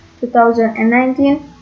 2019